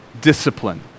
discipline